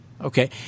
Okay